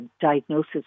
diagnosis